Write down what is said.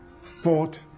fought